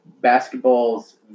basketball's